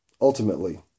Ultimately